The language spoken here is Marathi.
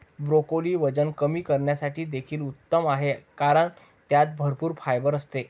ब्रोकोली वजन कमी करण्यासाठी देखील उत्तम आहे कारण त्यात भरपूर फायबर असते